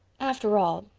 after all,